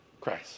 Christ